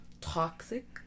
toxic